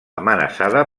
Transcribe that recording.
amenaçada